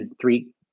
three